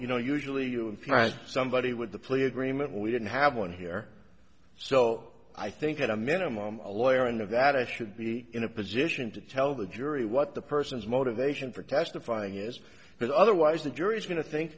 you know usually you implies somebody with the plea agreement we didn't have one here so i think at a minimum a lawyer in nevada should be in a position to tell the jury what the person's motivation for testifying is because otherwise the jury's going to think